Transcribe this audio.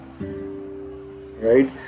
right